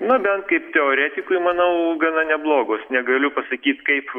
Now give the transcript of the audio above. na bent kaip teoretikui manau gana neblogos negaliu pasakyt kaip